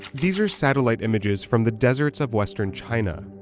these are satellite images from the deserts of western china.